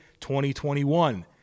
2021